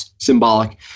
symbolic